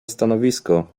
stanowisko